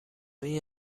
این